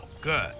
good